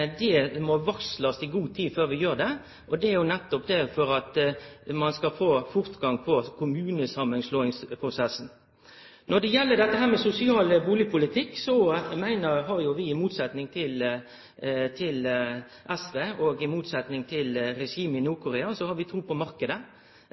Det må bli varsla i god tid før vi gjer det. Det er nettopp for at ein skal få fortgang på kommunesamanslåingsprosessen. Når det gjeld sosial boligpolitikk, har vi i motsetning til SV og i motsetning til regimet i